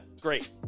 great